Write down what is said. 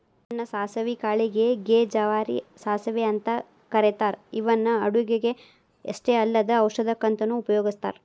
ಸಣ್ಣ ಸಾಸವಿ ಕಾಳಿಗೆ ಗೆ ಜವಾರಿ ಸಾಸವಿ ಅಂತ ಕರೇತಾರ ಇವನ್ನ ಅಡುಗಿಗೆ ಅಷ್ಟ ಅಲ್ಲದ ಔಷಧಕ್ಕಂತನು ಉಪಯೋಗಸ್ತಾರ